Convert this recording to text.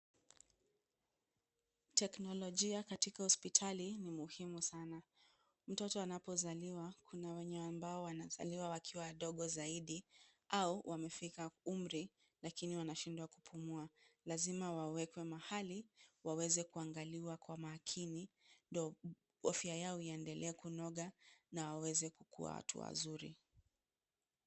Teknolojia katika hospitali ni muhimu sana. Mtoto anapozaliwa kuna wenye ambao wanazaliwa wakiwa wadogo zaidi au wamefika umri lakini wanashindwa kupumua. Lazima wawekwe mahali waweze kuangaliwa kwa makini ndio afya yao iendelee kunoga na waweze kukuwa watu wazuri.